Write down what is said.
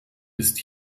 ist